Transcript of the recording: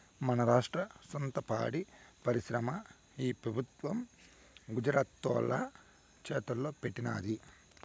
మన రాష్ట్ర సొంత పాడి పరిశ్రమని ఈ పెబుత్వం గుజరాతోల్ల చేతల్లో పెట్టినాది